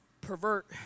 pervert